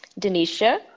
Denisha